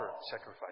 sacrifice